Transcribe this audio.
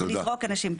זה לזרוק אנשים.